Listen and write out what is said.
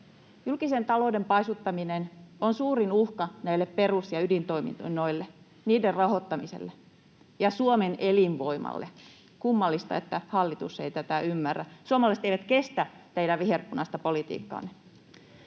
Julkisen talouden paisuttaminen on suurin uhka perus- ja ydintoimintojen rahoittamiselle ja Suomen elinvoimalle. Kummallista, että hallitus ei tätä ymmärrä. Suomalaiset eivät kestä teidän viherpunaista politiikkaanne.